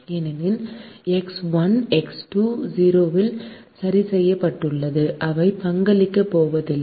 ஏனெனில் x 1 x 2 0 இல் சரி செய்யப்பட்டுள்ளது அவை பங்களிக்கப் போவதில்லை